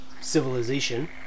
civilization